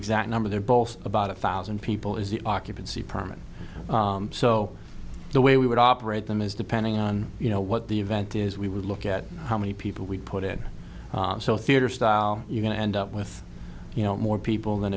exact number they're both about a thousand people is the occupancy permit so the way we would operate them is depending on you know what the event is we would look at how many people we put in and so theater style you can end up with you know more people than